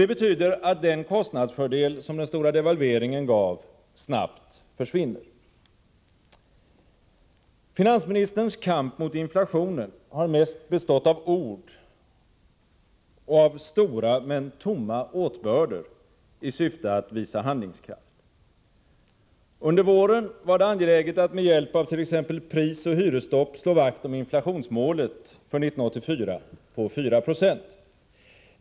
Det betyder att den kostnadsfördel som den stora devalveringen gav snabbt försvinner. Finansministerns kamp mot inflationen har mest bestått av ord och av stora men tomma åtbörder i syfte att visa handlingskraft. Under våren var det angeläget att med hjälp av t.ex. prisoch hyresstopp slå vakt om inflationsmålet för 1984 på 4 96.